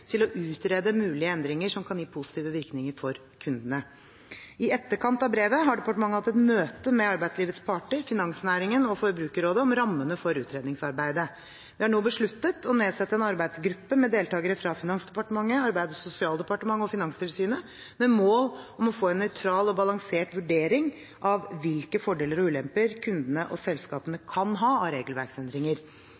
til å utrede mulige endringer som kan gi positive virkninger for kundene. I etterkant av brevet har departementet hatt et møte med arbeidslivets parter, finansnæringen og Forbrukerrådet om rammene for utredningsarbeidet. Det er nå besluttet å nedsette en arbeidsgruppe med deltagere fra Finansdepartementet, Arbeids- og sosialdepartementet og Finanstilsynet med mål om å få en nøytral og balansert vurdering av hvilke fordeler og ulemper kundene og selskapene